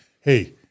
hey